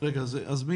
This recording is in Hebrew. אני